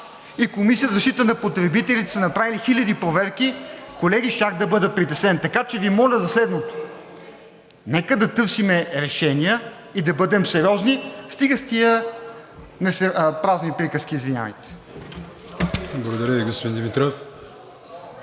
и Комисията за защита на потребителите са направили хиляди проверки, колеги, щях да бъда притеснен. Така че Ви моля за следното – нека да търсим решения и да бъдем сериозни. Стига с тези празни приказки, извинявайте. ПРЕДСЕДАТЕЛ АТАНАС АТАНАСОВ: